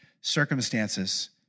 circumstances